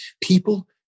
people